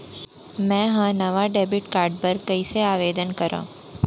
मै हा नवा डेबिट कार्ड बर कईसे आवेदन करव?